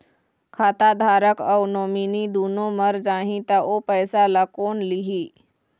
खाता धारक अऊ नोमिनि दुनों मर जाही ता ओ पैसा ला कोन लिही?